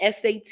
SAT